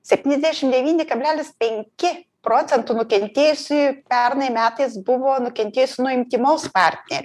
septyniasdešim devyni kablelis penki procentų nukentėjusiųjų pernai metais buvo nukentėjusių nuo intymaus partnerio